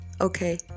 Okay